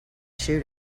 shoot